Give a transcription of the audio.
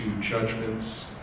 judgments